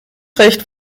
recht